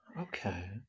Okay